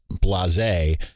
blase